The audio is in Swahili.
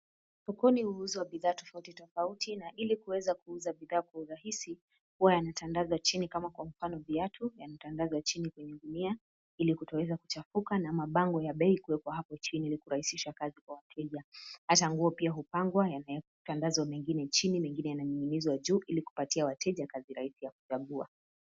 Sokoni huuzwa bidhaa tofauti tofauti na ili kuweza kuuza bidhaa kwa urahisi, huwa yanatandazwa chini kama kwa mfano viatu yanatandazwa chini kwenye gunia ili kutoweza kuchafuka na mabango ya bei kuwekwa hapo chini ili kurahisisha kazi kwa wateja, hata nguo pia hupangwa, yanatandazwa mengine chini, mengine yamening'izwa juu, ili kupatia wateja kazi rahisi ya kuchagua.